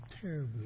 terribly